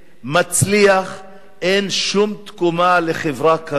מצליח, אין שום תקומה לחברה כזאת.